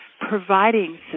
providing